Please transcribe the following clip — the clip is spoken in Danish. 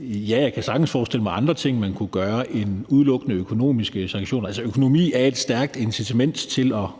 Jeg kan sagtens forestille mig andre ting, man kunne gøre, end udelukkende økonomiske sanktioner. Altså, økonomi er et stærkt incitament til at gøre